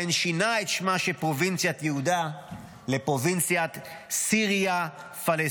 ולכן שינה את שמה של פרובינציית יהודה לפרובינציית Syria Palaestina,